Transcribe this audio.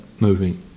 movie